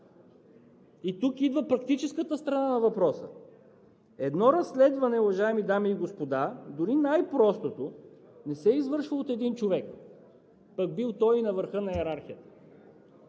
И тук идва практическата страна на въпроса. Едно разследване, уважаеми дами и господа, дори най-простото, не се извършва от един човек, пък бил той и на върха на йерархията.